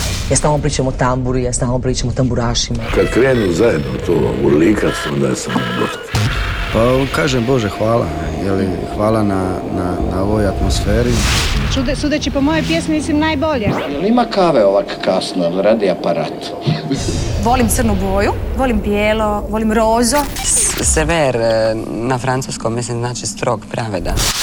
Ja stalno pričam o tamburi, ja stalno pričam o tamburašima. Kad krenu zajedno to urlikat, onda sam gotov. Pa u- kažem, Bože, hvala, je li, hvala na- na- na ovoj atmosferi. Sude- sudeći po moje pjesmi, mislim, najbolje. Ali ima kave ovak kasno, radi aparat? Volim crnu boju, volim bijelo, volim rozo. S- sever, eh, na francuskom mislim znači strog, pravedan.